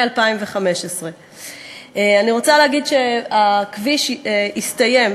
2015. אני רוצה להגיד שהכביש יסתיים,